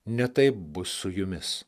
ne taip bus su jumis